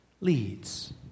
leads